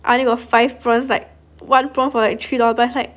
I only got five prawn like one prawn for like three dollar but like